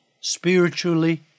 spiritually